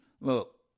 look